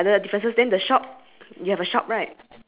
then uh next to the fence